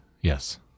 yes